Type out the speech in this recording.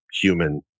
human